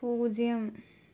പൂജ്യം